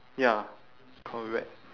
ya correct